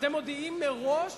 אתם מודיעים מראש